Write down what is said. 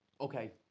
Okay